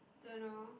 don't know